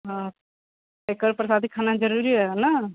हँ एकर प्रसादी खाना ज़रूरी रहय ने